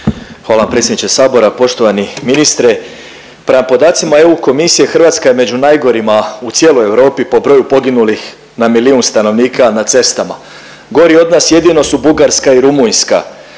Hvala vam predsjedniče Sabora, poštovani ministre. Prema podacima EU komisije Hrvatska je među najgorima u cijeloj Europi po broju poginulih na milijun stanovnika na cestama. Gori od nas jedino su Bugarska i Rumunjska.